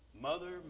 Mother